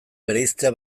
bereiztea